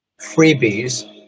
freebies